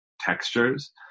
textures